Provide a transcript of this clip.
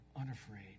unafraid